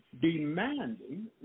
demanding